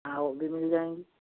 हाँ वो भी मिल जाएँगी